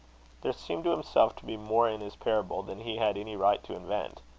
there seemed to himself to be more in his parable than he had any right to invent.